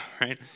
right